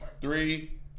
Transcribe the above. three